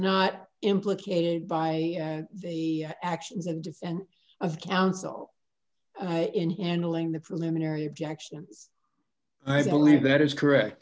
not implicated by the actions of defense of counsel in handling the preliminary objections i believe that is correct